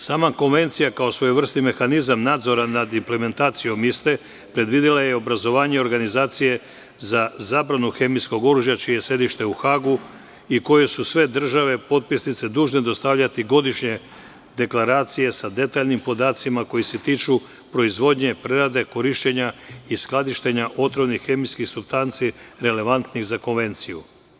Sama Konvencija, kao svojevrsni mehanizam nadzora nad implementacijom iste, predvidela je obrazovanje Organizacije za zabranu hemijskog oružja, čije je sedište u Hagu i kojoj su sve države potpisnice dužne dostavljati godišnje deklaracije sa detaljnim podacima koji se tiču proizvodnje, prerade, korišćenja i skladištenja otrovnih hemijskih supstanci relevantnih za konvenciju.